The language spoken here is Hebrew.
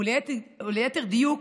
וליתר דיוק